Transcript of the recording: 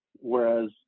whereas